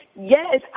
Yes